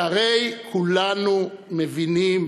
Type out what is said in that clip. כי הרי כולנו מבינים,